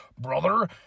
brother